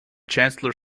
chancellor